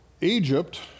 Egypt